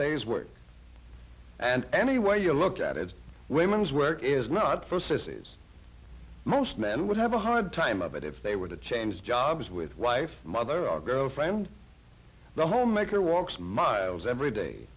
day's work and any way you look at it women's work is not for sissies most men would have a hard time of it if they were to change jobs with wife mother or girlfriend the homemaker walks miles every day